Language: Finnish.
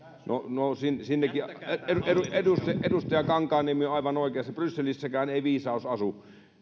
edustaja edustaja kankaanniemi on aivan oikeassa brysselissäkään ei viisaus asu